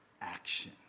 action